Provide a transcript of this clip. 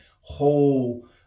whole